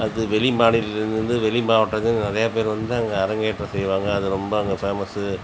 அடுத்து வெளி மாநிலத்துலேருந்து வந்து வெளி மாவட்டங்கள் நிறையா பேர் வந்து அவங்க அரங்கேற்றம் செய்வாங்க அது ரொம்ப அங்கே ஃபேமஸ்ஸு